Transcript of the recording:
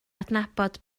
adnabod